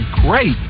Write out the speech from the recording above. great